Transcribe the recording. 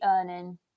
earning